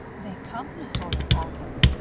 they come in assorted packets.